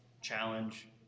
challenge